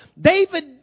David